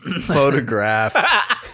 Photograph